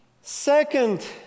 Second